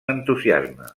entusiasme